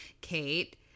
Kate